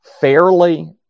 fairly